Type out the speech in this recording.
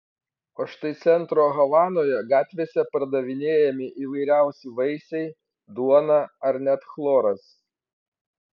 o štai centro havanoje gatvėse pardavinėjami įvairiausi vaisiai duona ar net chloras